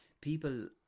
people